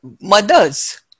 mothers